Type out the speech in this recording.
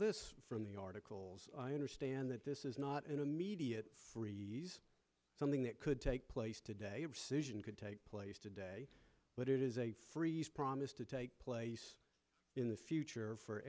this from the articles i understand that this is not an immediate freeze something that could take place today and could take place today but it is a freeze promise to take place in the future for